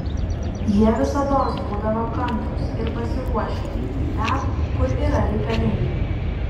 jie visados būdavo kantrūs ir pasiruošę eiti ten kur yra reikalingi